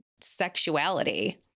sexuality